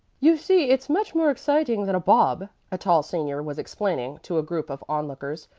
you see it's much more exciting than a bob, a tall senior was explaining to a group of on-lookers.